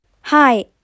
Hi